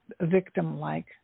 victim-like